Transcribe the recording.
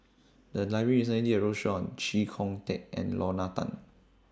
The Library recently did A roadshow on Chee Kong Tet and Lorna Tan